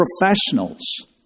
professionals